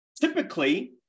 Typically